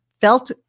felt